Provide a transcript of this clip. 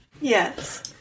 Yes